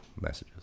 messages